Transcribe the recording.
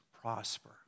prosper